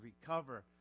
recover